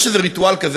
יש ריטואל כזה,